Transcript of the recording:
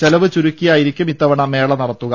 ചെലവ് ചുരുക്കിയാ യിരിക്കും ഇത്തവണ മേള നടത്തുക